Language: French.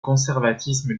conservatisme